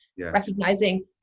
recognizing